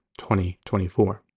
2024